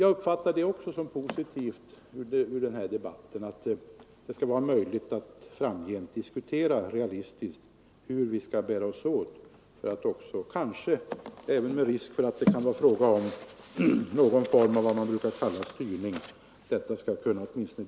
Jag uppfattar också det som ett positivt resultat av denna debatt att det framgent skall vara möjligt med en realistisk diskussion om hur vi skall bära oss åt på detta område — kanske också med risk för att det blir fråga om någon form av vad som kallas styrning.